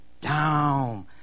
Down